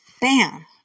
bam